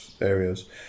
areas